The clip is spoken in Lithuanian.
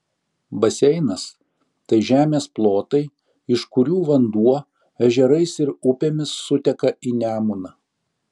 baseinas tai žemės plotai iš kurių vanduo ežerais ir upėmis suteka į nemuną